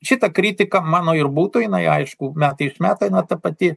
šita kritika mano ir būtų jinai aišku metai iš metų eina ta pati